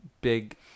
big